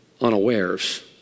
unawares